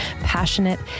passionate